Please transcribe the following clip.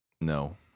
no